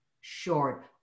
short